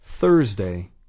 Thursday